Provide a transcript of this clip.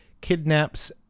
kidnaps